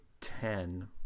Ten